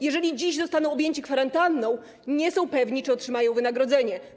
Jeżeli dziś zostaną objęci kwarantanną, nie są pewni, czy otrzymają wynagrodzenie.